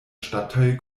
stadtteil